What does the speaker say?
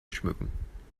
schmücken